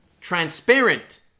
transparent